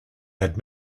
had